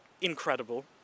incredible